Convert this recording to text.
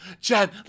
Jen